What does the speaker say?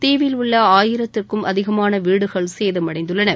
தீவில் உள்ள ஆயிரத்துக்கும் அதிகமான வீடுகள் சேதமடைந்துள்ளன